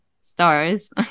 stars